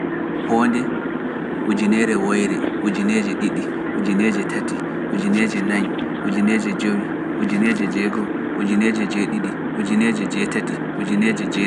Honde(zero), ujinere woyre(thousand), ujineje ɗiɗi(two thousand), ujineje tati(three thousand), ujineje nayi(four thousand), ujineje jowi(five thousand), ujineje jeego(six thousand) ujineje jeɗiɗi, ujineje jeetati, ujineje jeenayi.